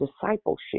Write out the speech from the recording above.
discipleship